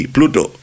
Pluto